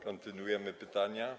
Kontynuujemy pytania.